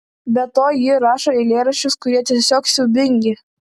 be to ji rašo eilėraščius kurie tiesiog siaubingi